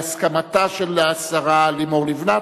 בהסכמתה של השרה לימור לבנת,